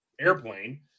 airplane